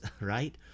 right